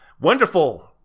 Wonderful